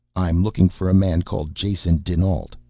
i'm looking for a man called jason dinalt.